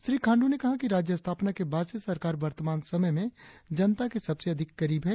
श्री खांडू ने कहा कि राज्य स्थापना के बाद से सरकार वर्तमान समय में जनता के सबसे अधिक करीब है